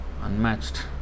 unmatched